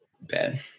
Bad